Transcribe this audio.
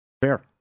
Fair